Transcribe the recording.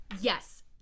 Yes